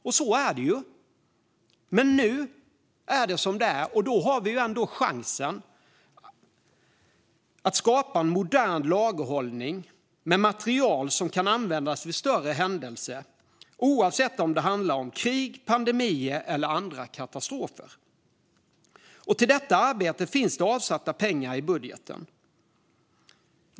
Och så är det ju, men det är som det är - och nu har vi ändå chansen att skapa en modern lagerhållning med material som kan användas vid större händelser, oavsett om det handlar om krig, pandemier eller andra katastrofer. Till detta arbete finns det pengar avsatta i budgeten.